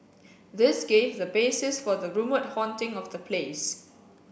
this gave the basis for the rumoured haunting of the place